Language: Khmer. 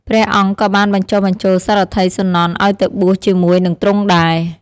ព្រះអង្គក៏បានបញ្ចុះបញ្ចូលសារថីសុនន្ទឱ្យទៅបួសជាមួយនិងទ្រង់ដែរ។